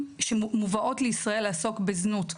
אני יכול לקרוא למישהי שעוסקת בזנות,